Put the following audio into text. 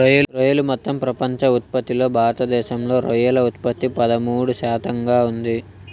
రొయ్యలు మొత్తం ప్రపంచ ఉత్పత్తిలో భారతదేశంలో రొయ్యల ఉత్పత్తి పదమూడు శాతంగా ఉంది